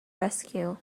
rescue